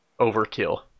overkill